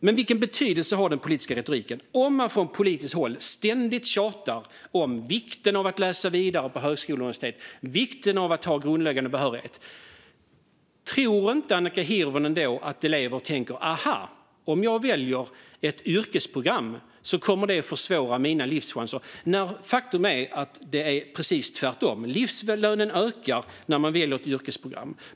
Men vilken betydelse har den politiska retoriken om man från politiskt håll ständigt tjatar om vikten av att läsa vidare på högskola och universitet och om vikten av att ha grundläggande behörighet? Tror inte Annika Hirvonen att elever då tänker: Om jag väljer ett yrkesprogram kommer det att försvåra mina livschanser. Men faktum är att det är precis tvärtom. Livslönen ökar när man väljer att yrkesprogram.